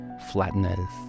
flatteners